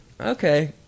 Okay